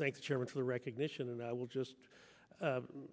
thanks chairman for the recognition and i will just